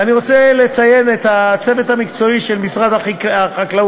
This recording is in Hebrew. ואני רוצה גם לציין את הצוות המקצועי של משרד החקלאות,